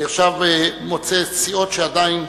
אני עכשיו מוצא סיעות שעדיין,